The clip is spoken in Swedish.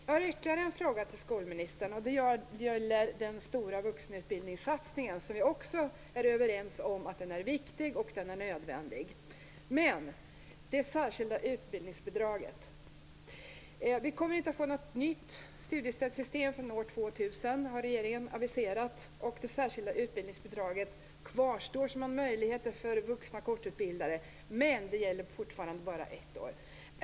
Jag har ytterligare två frågor till skolministern, och de gäller den stora vuxenutbildningssatsningen. Vi är också här överens: Den är viktig, och den är nödvändig. Min första fråga gäller det särskilda utbildningsbidraget. Vi kommer inte att få något nytt studiestödssystem förrän år 2000, har regeringen aviserat. Det särskilda utbildningsbidraget kvarstår som en möjlighet för vuxna kortutbildade, men det gäller fortfarande bara ett år.